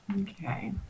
Okay